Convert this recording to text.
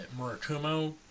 Murakumo